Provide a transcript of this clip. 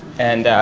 and